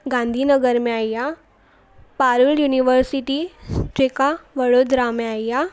गांधी नगर में आई आहे पारुल युनिवर्सिटी जेका वडोदरा में आई आहे